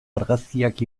argazkiak